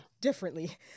differently